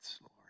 lord